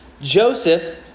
Joseph